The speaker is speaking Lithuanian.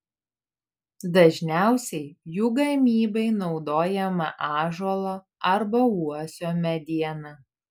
dažniausiai jų gamybai naudojama ąžuolo arba uosio mediena